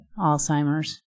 Alzheimer's